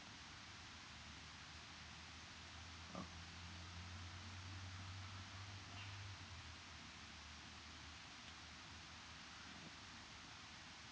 orh